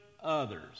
others